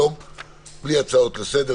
בלי הצעות לסדר,